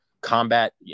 combat